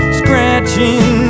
scratching